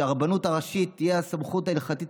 שהרבנות הראשית תהיה הסמכות ההלכתית